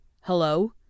Hello